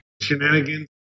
shenanigans